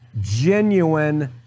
genuine